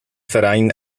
verein